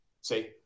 See